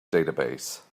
database